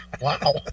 Wow